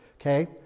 Okay